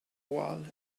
while